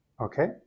Okay